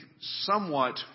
somewhat